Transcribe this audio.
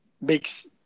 makes